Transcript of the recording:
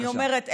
אני אומרת,